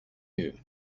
you